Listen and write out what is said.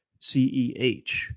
CEH